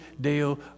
Deo